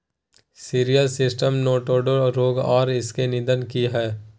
Cereal system nematode रोग आर इसके निदान की हय?